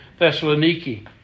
Thessaloniki